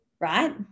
right